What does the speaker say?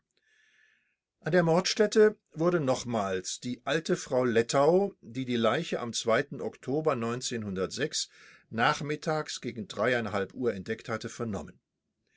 an der mordstätte wurde nochmals die alte frau lettau die die leiche am oktober nachmittags gegen uhr entdeckt hatte vernommen